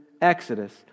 Exodus